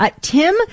Tim